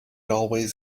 always